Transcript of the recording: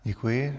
Děkuji.